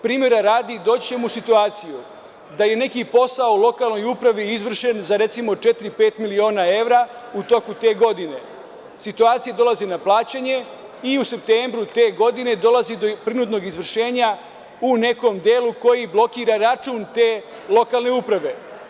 Primera radi, doći ćemo u situaciju da je neki posao u lokalnoj upravi izvršen za četiri ili pet miliona evra u toku te godine. situacija dolazi na plaćanje i u septembru te godine dolazi do prinudnog izvršenja u nekom delu koji blokira račun te lokalne uprave.